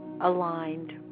aligned